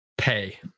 Pay